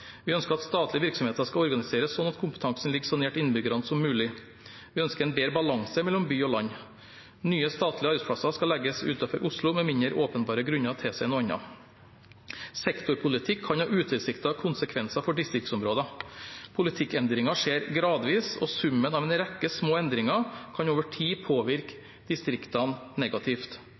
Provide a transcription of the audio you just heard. Vi ønsker at statlige virksomheter skal organiseres slik at kompetansen ligger så nært innbyggerne som mulig. Vi ønsker en bedre balanse mellom by og land. Nye statlige arbeidsplasser skal legges utenfor Oslo med mindre åpenbare grunner tilsier noe annet. Sektorpolitikk kan ha utilsiktede konsekvenser for distriktsområder. Politikkendringer skjer gradvis, og summen av en rekke små endringer kan over tid påvirke distriktene negativt.